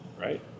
right